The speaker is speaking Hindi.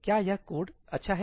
क्या यह कोड अच्छा है